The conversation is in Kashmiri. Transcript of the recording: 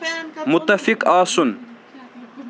مُتفِق آسُن